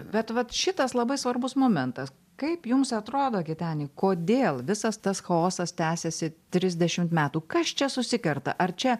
bet vat šitas labai svarbus momentas kaip jums atrodo giteni kodėl visas tas chaosas tęsiasi trisdešim metų kas čia susikerta ar čia